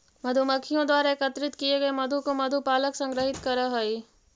मधुमक्खियों द्वारा एकत्रित किए गए मधु को मधु पालक संग्रहित करअ हई